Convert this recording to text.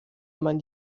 man